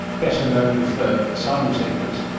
better known for asylum seekers,